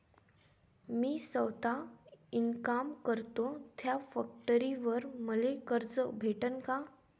मी सौता इनकाम करतो थ्या फॅक्टरीवर मले कर्ज भेटन का?